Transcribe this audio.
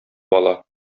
бала